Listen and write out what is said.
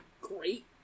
great